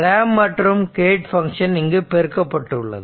ramp மற்றும் gate function இங்கு பெருக்கப்பட்டுள்ளது